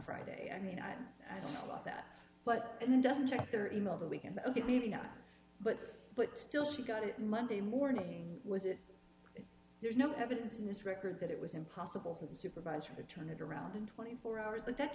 friday i mean i don't like that but it doesn't check their e mail the weekend ok maybe not but but still she got it monday morning was it there's no evidence in this record that it was impossible for the supervisor to turn it around in twenty four hours but that